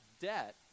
debt